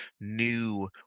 new